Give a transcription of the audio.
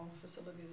facilities